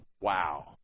Wow